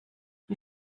die